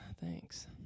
Thanks